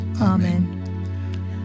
Amen